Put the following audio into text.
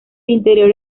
interior